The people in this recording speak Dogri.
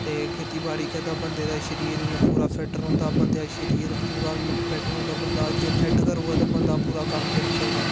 ते खैती बाड़ी करदा बदे दा शरिर इयां पूरा फिट रौंहदा बंदे दा शरिर पूरा इयां फिट रौंहदा जे फिट गै रोऐ बंदा पूरा कम्म करी सकदा